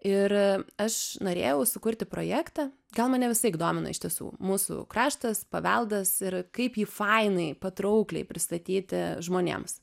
ir aš norėjau sukurti projektą gal mane visaik domina iš tiesų mūsų kraštas paveldas ir kaip jį fainai patraukliai pristatyti žmonėms